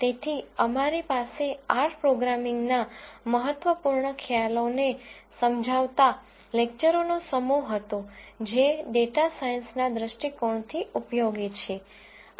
તેથી અમારી પાસે આર પ્રોગ્રામિંગના મહત્વપૂર્ણ ખ્યાલોને સમજાવતા લેકચરોનો સમૂહ હતો જે ડેટા સાયન્સના દૃષ્ટિકોણથી ઉપયોગી છે